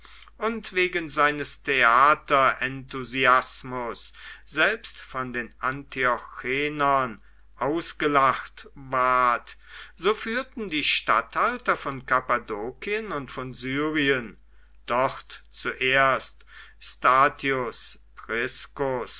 und wegen seines theaterenthusiasmus selbst von den antiochenern ausgelacht ward so führten die statthalter von kappadokien und von syrien dort zuerst statius